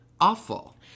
Awful